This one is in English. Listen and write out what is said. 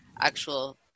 actual